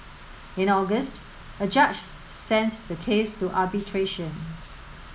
in August a judge sent the case to arbitration